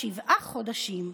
שבעה חודשים.